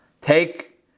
Take